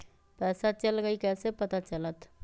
पैसा चल गयी कैसे पता चलत?